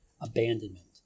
abandonment